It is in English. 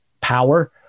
power